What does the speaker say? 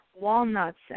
Walnuts